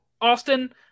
Austin